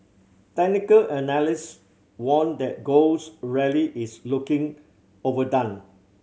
technical analyst warned that gold's rally is looking overdone